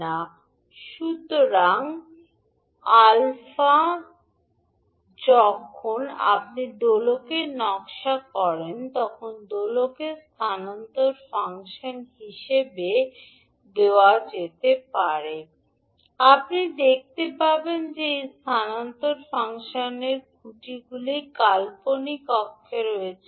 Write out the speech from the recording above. ∞ সুতরাং যখন আপনি দোলকের নকশা করেন তখন দোলকের স্থানান্তর ফাংশন হিসাবে দেওয়া যেতে পারে আপনি দেখতে পাবেন যে এই স্থানান্তর ফাংশনগুলির খুঁটিগুলি কাল্পনিক অক্ষে রয়েছে